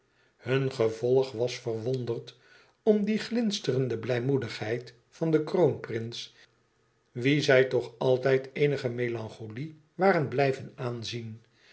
hun gevolg was verwonderd om die glinsterende blijmoedigheid van den kroonprins wien zij toch altijd eenige melancholie waren blijven aanzien